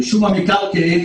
רישום המקרקעין,